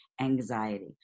anxiety